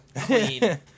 Clean